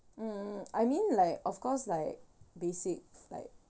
um I mean like of course like basic like